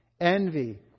envy